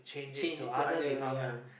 change it to other ya